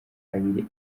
abiri